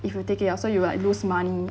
if you take it out so you might lose money